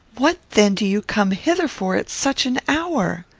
what then do you come hither for at such an hour?